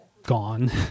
gone